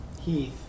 heath